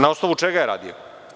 Na osnovu čega je radio?